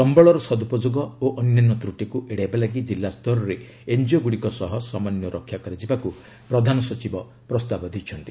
ସମ୍ଭଳର ସଦୁପଯୋଗ ଓ ଅନ୍ୟାନ୍ୟ ତ୍ରଟିକୁ ଏଡ଼ାଇବା ଲାଗି ଜିଲ୍ଲାସ୍ତରରେ ଏନ୍ଜିଓଗୁଡ଼ିକ ସହ ସମନ୍ୱୟ ରକ୍ଷା କରାଯିବାକୁ ପ୍ରଧାନସଚିବ ପ୍ରସ୍ତାବ ଦେଇଛନ୍ତି